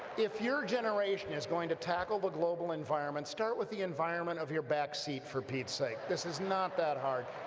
if your generation is going to tackle the global environment, start with the environment of your back seat for pete's sake this is not that hard,